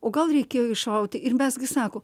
o gal reikėjo iššauti ir mes gi sako